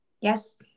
Yes